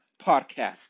Podcast